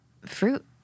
fruit